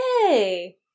yay